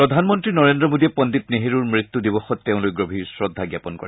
প্ৰধানমন্ত্ৰী নৰেন্দ্ৰ মোদীয়ে পণ্ডিত নেহৰুৰ মৃত্যু দিৱসত তেওঁলৈ গভীৰ শ্ৰদ্ধা জ্ঞাপন কৰে